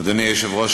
אדוני היושב-ראש,